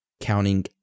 Counting